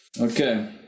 Okay